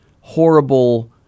horrible